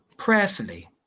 Prayerfully